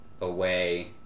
away